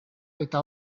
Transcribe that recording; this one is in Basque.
eta